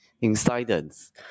incidents